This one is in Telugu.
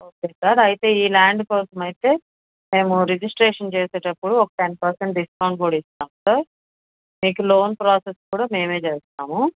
ఓకే సార్ అయితే ఈ లాండ్ కోసం అయితే మేము రిజిస్ట్రేషన్ చేసేటప్పుడు ఒక టెన్ పర్సెంట్ డిస్కౌంట్ కూడా ఇస్తాం సార్ మీకు లోన్ ప్రాసెస్ కూడా మేము చేస్తాము